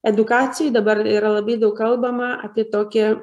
edukacijoj dabar yra labai daug kalbama apie tokį